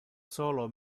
solo